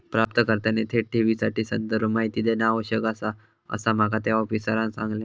प्राप्तकर्त्याने थेट ठेवीसाठी संदर्भ माहिती देणा आवश्यक आसा, असा माका त्या आफिसरांनं सांगल्यान